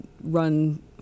run –